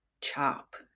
chop